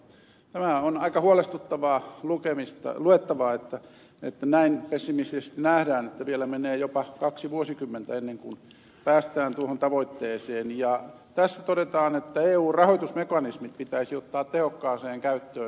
tämä on aika huolestuttavaa luettavaa että näin pessimistisesti nähdään että vielä menee jopa kaksi vuosikymmentä ennen kuin päästään tuohon tavoitteeseen ja tässä todetaan että eun rahoitusmekanismit pitäisi ottaa tehokkaaseen käyttöön